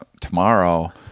tomorrow